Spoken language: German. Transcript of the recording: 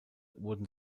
wurden